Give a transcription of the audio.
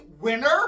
Winner